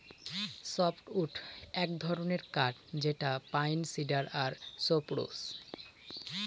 softwood এক ধরনের কাঠ যেটা পাইন, সিডার আর সপ্রুস